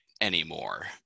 anymore